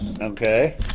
Okay